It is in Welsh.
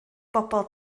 bobl